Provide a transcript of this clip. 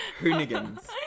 hoonigans